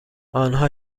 آنها